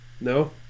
No